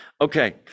Okay